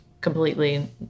completely